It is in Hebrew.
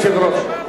אדוני היושב-ראש,